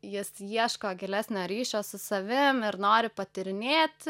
jis ieško gilesnio ryšio su savim ir nori patyrinėt